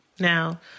Now